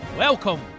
Welcome